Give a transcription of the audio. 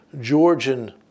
Georgian